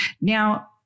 Now